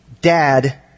dad